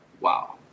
wow